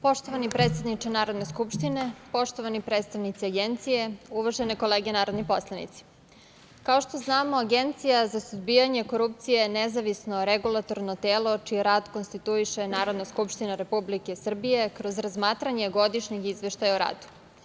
Poštovani predsedniče Narodne skupštine, poštovani predstavnici agencija, uvažene kolege narodni poslanici, kao što znamo Agencija za suzbijanje korupcije je nezavisno regulatorno telo, čiji rad konstituiše Narodna skupština Republike Srbije kroz razmatranje godišnjeg izveštaja o radu.